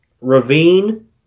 ravine